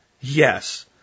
Yes